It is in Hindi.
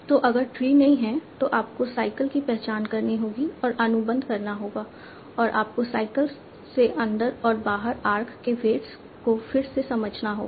तो अगर ट्री नहीं है तो आपको साइकल की पहचान करनी होगी और अनुबंध करना होगा और आपको साइकल से अंदर और बाहर आर्क के वेट्स को फिर से समझना होगा